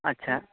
ᱟᱪᱷᱟ